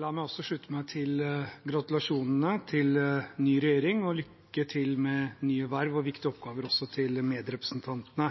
La meg også slutte meg til gratulasjonene til ny regjering, og lykke til med nye verv og viktige oppgaver til medrepresentantene.